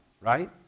right